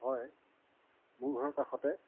হয় মোৰ ঘৰৰ কাষতে